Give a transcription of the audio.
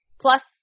Plus